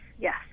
yes